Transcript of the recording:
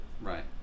right